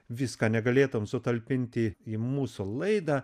viską negalėtum sutalpinti į mūsų laidą